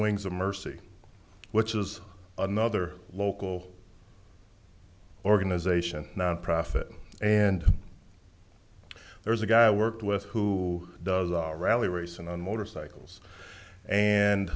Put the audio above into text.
wings of mercy which is another local organization nonprofit and there's a guy i worked with who does a rally racing on motorcycles and